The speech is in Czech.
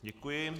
Děkuji.